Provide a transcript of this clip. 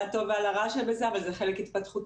על הטוב ועל הרע שבזה אבל זה חלק התפתחותי